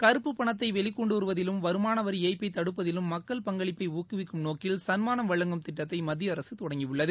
கருப்பு பணத்தை வெளிகொண்டுவருவதிலும் வருமான வரி ஏய்ப்பை தடுப்பதிலும் மக்கள் பங்களிப்பை ஊக்குவிக்கும் நோக்கில் சன்மானம் வழங்கும் திட்டத்தை மத்திய அரசு தொடங்கியுள்ளது